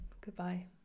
Goodbye